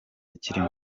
kirimo